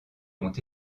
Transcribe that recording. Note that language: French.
ont